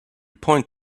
point